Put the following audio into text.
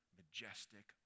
majestic